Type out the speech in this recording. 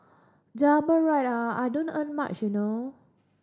double ride ah I don't earn much you know